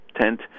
tent